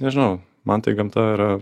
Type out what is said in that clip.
nežinau man tai gamta yra